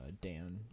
Dan